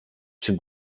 czy